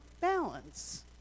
balance